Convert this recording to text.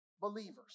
believers